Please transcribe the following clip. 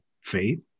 faith